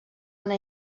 una